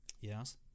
Yes